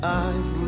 eyes